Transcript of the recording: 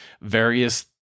various